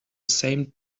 same